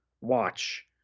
watch